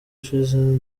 ushize